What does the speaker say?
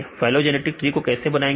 phylogenetic tree को कैसे बनाएंगे